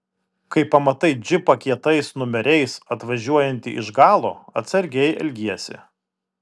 kai pamatai džipą kietais numeriais atvažiuojantį iš galo atsargiai elgiesi